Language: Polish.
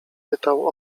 pytał